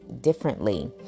differently